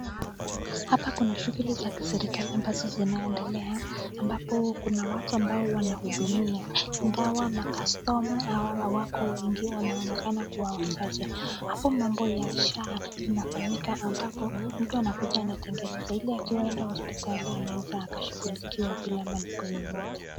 Hapa kuna shughuli za kiserikali ambazo zinaendelea ambapo kuna watu ambao wanahudumia. Ingawa makastoma hawako wengi wanaonekana kuwa wachache. Hapo mambo yasha inafanyika ambapo mtu anakuja anatengeneza ile akiwa enda hospitali anaweza akashughulikiwa bila malipo yoyote.